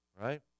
right